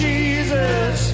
Jesus